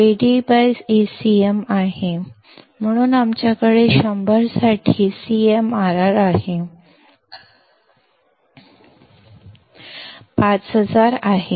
CMRR AdAcm ಆಗಿದೆ ಆದ್ದರಿಂದ ನಾವು 100 ಕ್ಕೆ CMRR ಅನ್ನು ಹೊಂದಿದ್ದೇವೆ Ad 5000 ಹೊಂದಿದ್ದೇವೆ